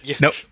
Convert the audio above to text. Nope